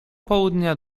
południa